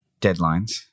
deadlines